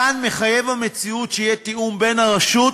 כאן מחייבת המציאות שיהיה תיאום בין הרשות